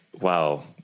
wow